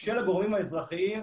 את המספרים,